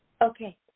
Okay